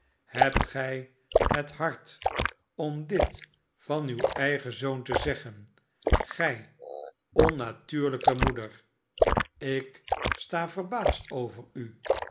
hebt gij het hart om dit van uw eigen zoon te zeggen gij onnatuurlijke moeder slksta verbaasd over barnaby rudge u